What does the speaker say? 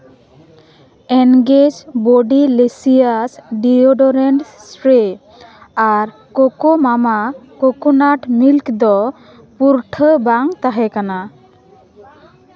Engage body luscious deodorant spray ᱟᱨ Coco Mama coconut milk ᱫᱚ ᱯᱩᱨᱴᱷᱟᱹ ᱵᱟᱝ ᱛᱟᱦᱮᱠᱟᱱᱟ